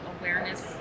awareness